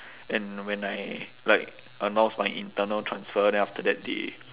and when I like announce my internal transfer then after that they